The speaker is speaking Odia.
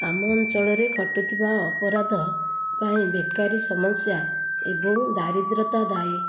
ଆମ ଅଞ୍ଚଳରେ ଘଟୁଥିବା ଅପରାଧ ପାଇଁ ବେକାରି ସମସ୍ୟା ଏବଂ ଦାରିଦ୍ରତା ଦାୟୀ